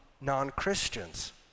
non-christians